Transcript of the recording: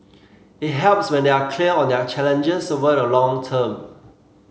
it helps when they are clear on their challenges over the long term